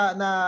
na